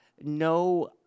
no